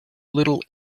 little